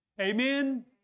Amen